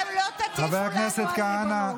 לא נותנים לה לדבר.